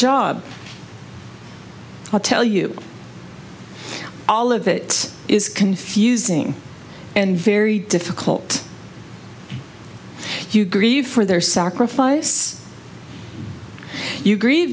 job i'll tell you all of it is confusing and very difficult you grieve for their sacrifice you gr